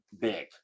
big